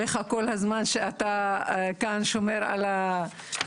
אני סומכת עליך כל הזמן שאתה כאן שומר על הדברים.